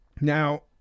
Now